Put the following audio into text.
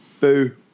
Boo